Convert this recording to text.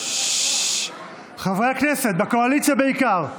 חברי הכנסת, הקואליציה בעיקר,